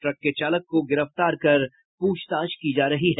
truck के चालक को गिरफ्तार कर पूछताछ की जा रही है